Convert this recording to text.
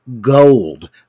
gold